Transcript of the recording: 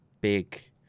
big